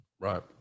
Right